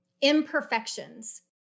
imperfections